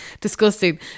Disgusting